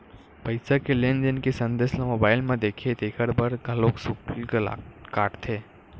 पईसा के लेन देन के संदेस ल मोबईल म देथे तेखर बर घलोक सुल्क काटथे